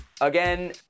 again